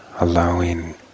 allowing